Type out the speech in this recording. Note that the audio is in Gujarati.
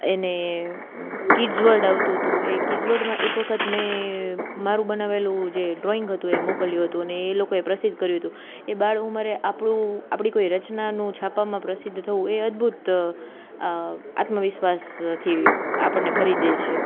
એને કિડ્સ વર્લ્ડ આવતું હતું એ કિડ્સ વર્લ્ડમાં એક વખત મેં મારું બનાવેલું જે ડ્રોઈંગ હતું એ મોકલ્યું હતું અને એ એ લોકોએ પ્રસિદ્ધ કર્યું હતું એ બાળ ઉમરે આપણું આપણી કોઈ રચનાનું છાપામાં પ્રસિદ્ધ થવું એ અદભૂત આત્મવિશ્વાસથી આપણને ભરી દે છે